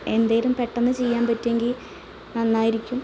എന്തേലും പെട്ടന്ന് ചെയ്യാൻ പറ്റുമെങ്കിൽ നന്നായിരിക്കും